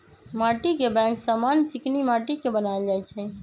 माटीके बैंक समान्य चीकनि माटि के बनायल जाइ छइ